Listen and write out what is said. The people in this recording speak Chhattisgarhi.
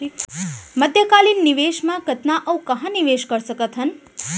मध्यकालीन निवेश म कतना अऊ कहाँ निवेश कर सकत हन?